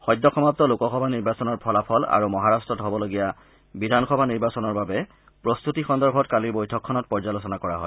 সদ্যসমাপ্ত লোক সভা নিৰ্বাচনৰ ফলাফল আৰু মহাৰট্টত হ'বলগীয়া বিধানসভা নিৰ্বাচনৰ বাবে প্ৰস্ত্বতি সন্দৰ্ভত কালিৰ বৈঠকখনত পৰ্যালোচনা কৰা হয়